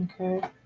okay